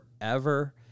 forever